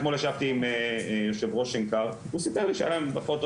אתמול ישבתי עם יושב ראש שנקר הוא סיפר לי שהיה להם פחות או